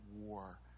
war